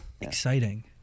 Exciting